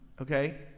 okay